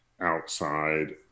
outside